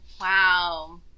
Wow